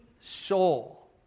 soul